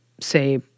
say